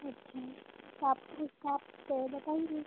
अच्छा तो आप कुछ बताएँगी